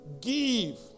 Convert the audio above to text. give